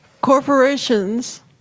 corporations